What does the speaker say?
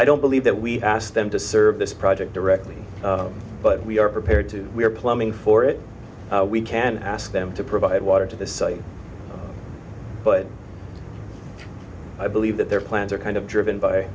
i don't believe that we asked them to serve this project directly but we are prepared to we are plumbing for it we can ask them to provide water to the site but i believe that their plans are kind of driven by